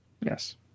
Yes